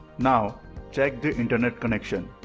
now check the internet connection.